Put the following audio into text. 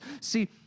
See